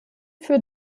für